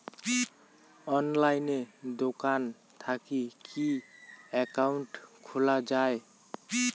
অনলাইনে দোকান থাকি কি একাউন্ট খুলা যায়?